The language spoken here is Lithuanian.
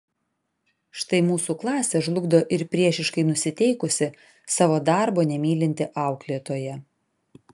štai mūsų klasę žlugdo ir priešiškai nusiteikusi savo darbo nemylinti auklėtoja